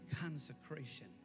consecration